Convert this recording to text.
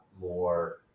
more